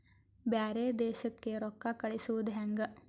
ಬ್ಯಾರೆ ದೇಶಕ್ಕೆ ರೊಕ್ಕ ಕಳಿಸುವುದು ಹ್ಯಾಂಗ?